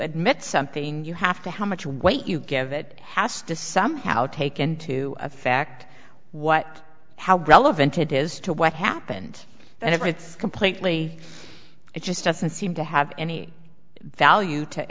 admit something you have to how much weight you give it has to somehow taken to a fact what how relevant it is to what happened and if it's completely it just doesn't seem to have any value to